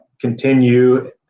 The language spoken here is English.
continue